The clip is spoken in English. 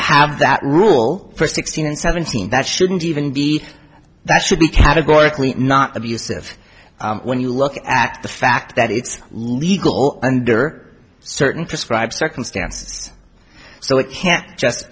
have that rule for sixteen and seventeen that shouldn't even be that should be categorically not abusive when you look at the fact that it's legal under certain prescribe circumstances so it can't just